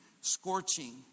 Scorching